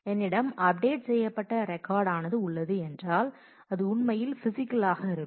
என்னிடம் அப்டேட் செய்யப்பட்ட ரெக்கார்ட் ஆனது உள்ளது என்றால் அது உண்மையில் பிசிக்கலாக இருக்கும்